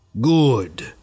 Good